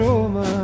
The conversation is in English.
Roma